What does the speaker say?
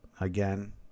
again